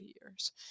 years